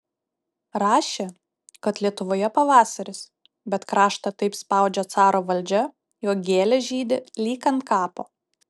rašė kad lietuvoje pavasaris bet kraštą taip spaudžia caro valdžia jog gėlės žydi lyg ant kapo